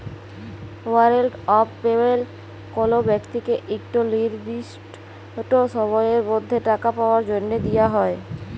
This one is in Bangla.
ওয়ারেল্ট অফ পেমেল্ট কল ব্যক্তিকে ইকট লিরদিসট সময়ের মধ্যে টাকা পাউয়ার জ্যনহে দিয়া হ্যয়